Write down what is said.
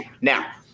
Now